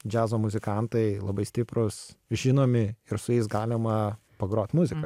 džiazo muzikantai labai stiprūs žinomi ir su jais galima pagrot muziką